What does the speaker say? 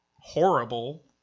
horrible